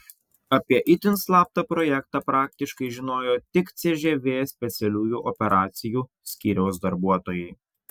apie itin slaptą projektą praktiškai žinojo tik cžv specialiųjų operacijų skyriaus darbuotojai